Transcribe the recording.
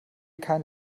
kein